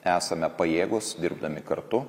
esame pajėgūs dirbdami kartu